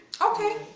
Okay